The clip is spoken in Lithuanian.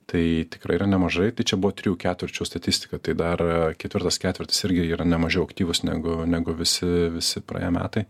tai tikrai yra nemažai tai čia buvo trijų ketvirčių statistika tai dar ketvirtas ketvirtis irgi yra ne mažiau aktyvus negu negu visi visi praėję metai